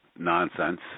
nonsense